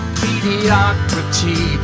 mediocrity